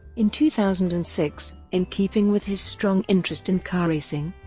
in two thousand and six, in keeping with his strong interest in car racing,